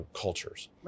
cultures